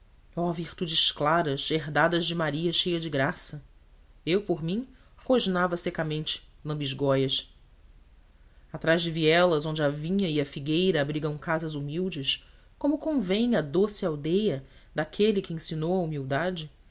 oh virtudes claras herdadas de maria cheia de graça eu por mim rosnava secamente lambisgóias através de vielas onde a vinha e a figueira abrigam casas humildes como convém à doce aldeia daquele que ensinou a humildade